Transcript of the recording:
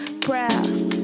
proud